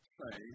say